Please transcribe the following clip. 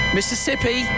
Mississippi